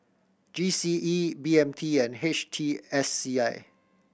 G C E B M T and H T S C I